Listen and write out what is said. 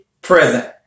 present